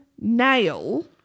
nail